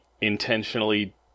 intentionally